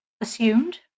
assumed